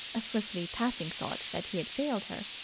a swiftly passing thought that he had failed her,